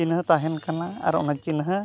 ᱪᱤᱱᱦᱟᱹ ᱛᱟᱦᱮᱱ ᱠᱟᱱᱟ ᱟᱨ ᱚᱱᱟ ᱪᱤᱱᱦᱟᱹ